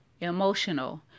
emotional